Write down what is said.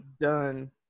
done